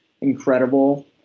incredible